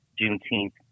Juneteenth